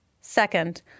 Second